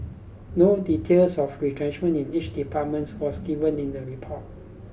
no details of retrenchment in each department was given in the report